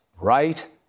right